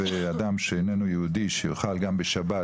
חמש שנים אחרי שגומרים בית ספר לרפואה